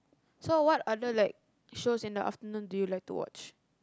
so what other like shows in the afternoon do you like to watch